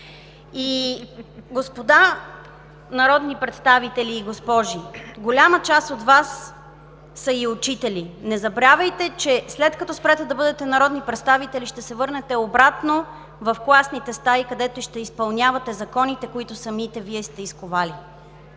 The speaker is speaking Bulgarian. и господа народни представители, голяма част от Вас са и учители. Не забравяйте, че след като спрете да бъдете народни представители, ще се върнете обратно в класните стаи, където ще изпълнявате законите, които самите Вие сте изковали.